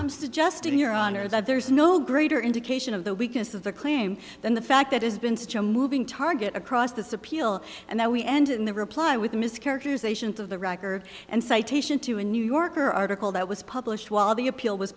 i'm suggesting your honor that there's no greater indication of the weakness of the claim than the fact that it's been such a moving target across this appeal and that we end in the reply with a mischaracterization of the record and citation to a new yorker article that was published while the appeal w